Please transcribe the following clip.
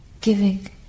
giving